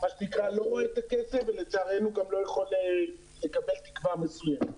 לא רואה את הכסף ולצערנו גם לא יכול לקבל תקווה מסוימת.